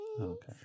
Okay